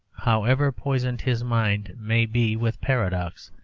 however poisoned his mind may be with paradox,